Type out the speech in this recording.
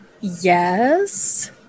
yes